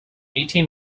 eighteen